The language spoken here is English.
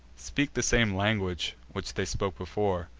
speak the same language which they spoke before,